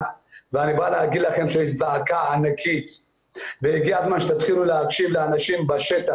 ואני בא להגיד לכם שיש זעקה ענקית והגיע הזמן שתתחילו להקשיב לאנשים בשטח,